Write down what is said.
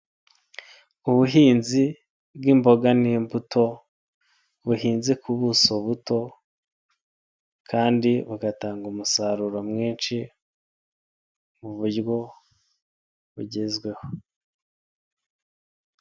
Ubuhinzi bw'imboga n'imbuto buhinze ku buso buto kandi bugatanga umusaruro mwinshi mu buryo bugezweho.